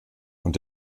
und